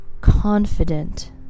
confident